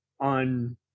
on